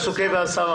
סעיפי כאלה.